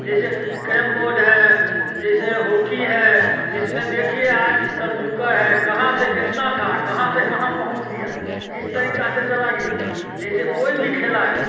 जैसे carrom board है जैसे हॉकी है इस में देखिए आज तेंडुलकर है कहाँ से कितना था कहाँ से कहाँ पहुँच गया किस तरीक़े से चला गया जैसे कोई भी खिलाड़ी